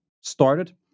started